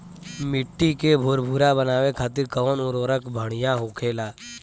मिट्टी के भूरभूरा बनावे खातिर कवन उर्वरक भड़िया होखेला?